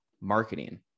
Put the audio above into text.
marketing